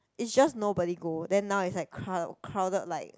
is just nobody go then now is like crow~ crowded like